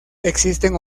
existen